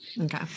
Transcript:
okay